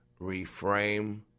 reframe